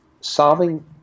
solving